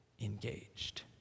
engaged